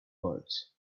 words